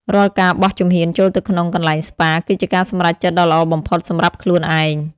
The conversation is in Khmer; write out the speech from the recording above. រាល់ការបោះជំហានចូលទៅក្នុងកន្លែងស្ប៉ា គឺជាការសម្រេចចិត្តដ៏ល្អបំផុតសម្រាប់ខ្លួនឯង។